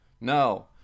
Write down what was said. No